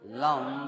long